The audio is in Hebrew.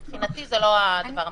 מבחינתי זה לא הדבר העיקרי.